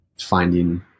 finding